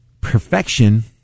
perfection